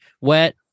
wet